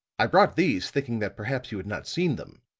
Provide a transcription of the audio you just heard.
i brought these, thinking that perhaps you had not seen them,